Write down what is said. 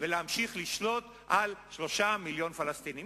ולהמשיך לשלוט על 3 מיליוני פלסטינים.